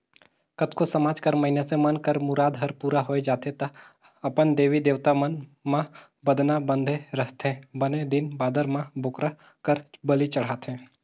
कतको समाज कर मइनसे मन कर मुराद हर पूरा होय जाथे त अपन देवी देवता मन म बदना बदे रहिथे बने दिन बादर म बोकरा कर बली चढ़ाथे